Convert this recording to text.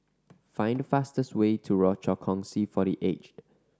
find the fastest way to Rochor Kongsi for The Aged